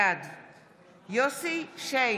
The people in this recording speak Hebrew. בעד יוסי שיין,